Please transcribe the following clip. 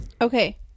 Okay